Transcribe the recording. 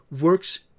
works